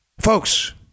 Folks